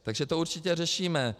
Takže to určitě řešíme.